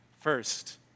First